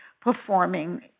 performing